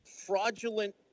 fraudulent